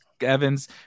Evans